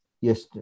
Yes